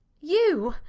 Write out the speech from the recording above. you!